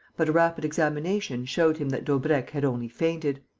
but a rapid examination showed him that daubrecq had only fainted.